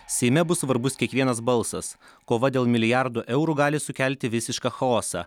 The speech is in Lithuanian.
seime bus svarbus kiekvienas balsas kova dėl milijardų eurų gali sukelti visišką chaosą